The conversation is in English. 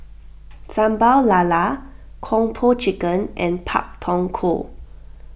Sambal Lala Kung Po Chicken and Pak Thong Ko